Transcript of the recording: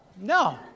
no